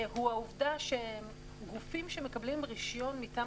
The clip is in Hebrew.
הוא העובדה שגופים שמקבלים רישיון מטעם